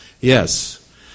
Yes